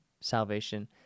salvation